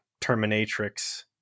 Terminatrix